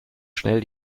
schnell